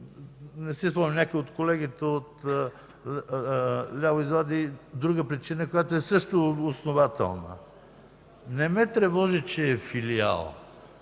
Не си спомням, някой от колегите от ляво извади друга причина която е също основателна. Не ме тревожи, че е филиал.